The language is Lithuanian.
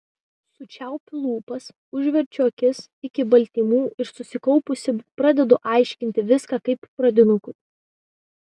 sučiaupiu lūpas užverčiu akis iki baltymų ir susikaupusi pradedu aiškinti viską kaip pradinukui